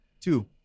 Two